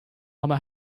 ama